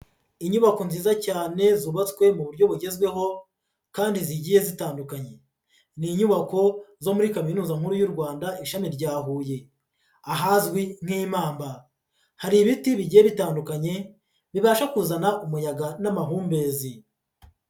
Inyubako nziza cyane zubatswe mu buryo bugezweho kandi zigiye zitandukanye, ni inyubako zo muri Kaminuza nkuru y'u Rwanda ishami rya Huye ahazwi nk'Imamba, hari ibiti bigiye bitandukanye bibasha kuzana umuyaga n'amahumbezi.